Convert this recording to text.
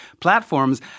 platforms